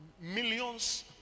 millions